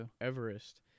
Everest